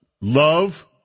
love